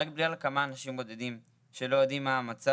רק בגלל כמה אנשים בודדים שלא יודעים מה המצב,